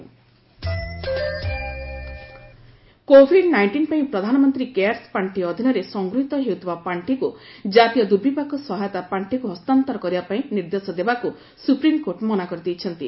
SC PM କେୟାର fund COVID nineteen ପାଇଁ ପ୍ରଧାନମନ୍ତ୍ରୀ କେୟାର୍ସ ପାର୍ଷି ଅଧୀନରେ ସଂଗୃହୀତ ହେଉଥିବା ପାର୍ଷିକୁ ଜାତୀୟ ଦୁର୍ବିପାକ ସହାୟତା ପାର୍ଷିକୁ ହସ୍ତାନ୍ତର କରିବା ପାଇଁ ନିର୍ଦ୍ଦେଶ ଦେବାକୁ ସୁପ୍ରିମକୋର୍ଟ ମନା କରିଦେଇଛନ୍ତି